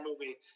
movie